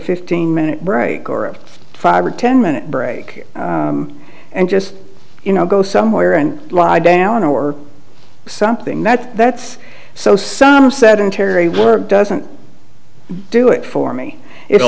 minute break or five or ten minute break and just you know go somewhere and lie down or something that that's so some sedentary work doesn't do it for me it all